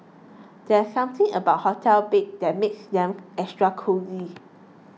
there's something about hotel beds that makes them extra cosy